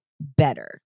better